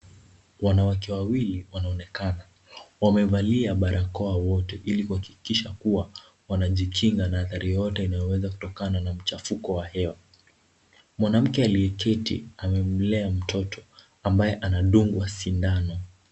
Wanawake wawili wanaonekana. Wamevalia barakoa wote, ili kuhakikisha kuwa wanajikinga na athari yoyote inayoweza kutokana na mchafuko wa hewa. Mwanamke aliyeketi, amemlea mtoto ambaye anadungwa sindano.